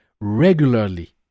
regularly